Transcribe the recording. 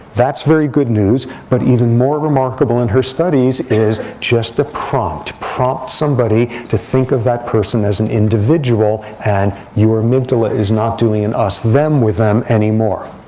that's very good news. but even more remarkable in her studies is just a prompt. prompt somebody to think of that person as an individual. and your amygdala is not doing an us them with them anymore.